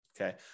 okay